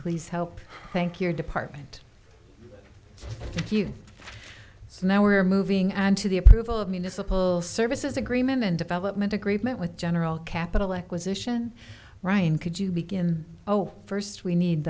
please help thank your department so now we're moving on to the approval of municipal services agreement and development agreement with general capital acquisition ryan could you begin oh first we need